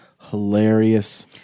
hilarious